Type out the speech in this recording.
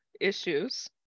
issues